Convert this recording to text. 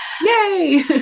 Yay